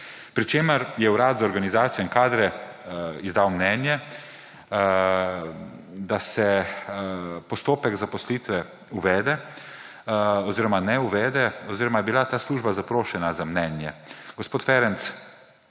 Pri čemer je Urad za organizacijo in kadre izdal mnenje, da se postopek zaposlitve uvede oziroma ne uvede oziroma je bila ta služba zaprošena za mnenje.